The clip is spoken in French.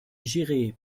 géré